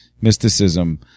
mysticism